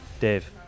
Dave